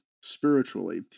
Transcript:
spiritually